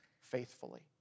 faithfully